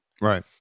Right